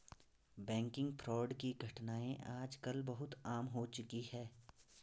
banking fraud की घटनाएं आज कल बहुत आम हो चुकी है